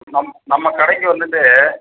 நம் நம்ம கடைக்கு வந்துவிட்டு